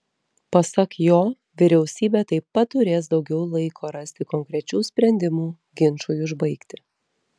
pasak jo vyriausybė taip pat turės daugiau laiko rasti konkrečių sprendimų ginčui užbaigti